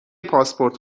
پاسپورت